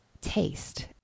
taste